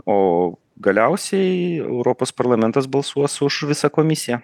o galiausiai europos parlamentas balsuos už visą komisiją